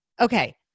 okay